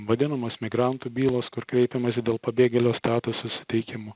vadinamos migrantų bylos kur kreipiamasi dėl pabėgėlio statuso suteikimo